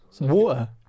Water